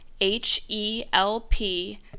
h-e-l-p